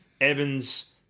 Evans